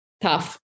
tough